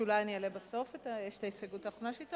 אולי אני אעלה בסוף את ההסתייגות האחרונה שלי?